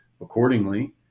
accordingly